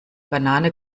banane